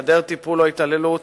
העדר טיפול או התעללות,